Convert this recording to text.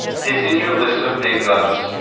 this is your list of big guns.